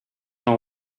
nou